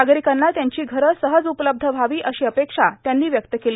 नागरिकांना त्यांची घरं सहज उपलब्ध व्यावी अशी अपेक्षा त्यांनी व्यक्त केली